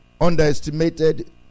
underestimated